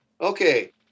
okay